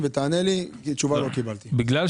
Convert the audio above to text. קידמו פעילות קואליציונית -- נאמר על